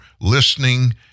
listening